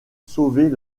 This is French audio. sauver